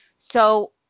So-